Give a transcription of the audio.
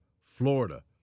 Florida